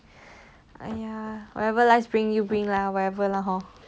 !aiya! whatever life brings you bring lah whatever lah hor